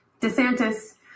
DeSantis